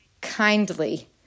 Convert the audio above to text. kindly